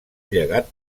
llegat